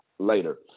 later